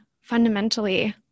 fundamentally